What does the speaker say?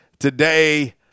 Today